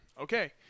Okay